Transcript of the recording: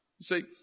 See